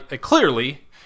Clearly